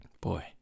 Boy